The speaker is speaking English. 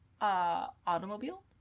automobile